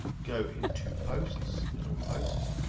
go in to posts and all posts.